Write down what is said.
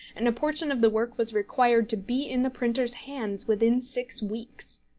and a portion of the work was required to be in the printer's hands within six weeks.